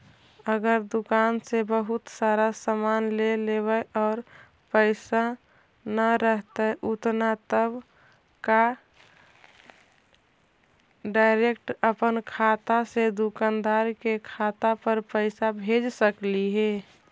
अगर दुकान से बहुत सारा सामान ले लेबै और पैसा न रहतै उतना तब का डैरेकट अपन खाता से दुकानदार के खाता पर पैसा भेज सकली हे?